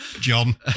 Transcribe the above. John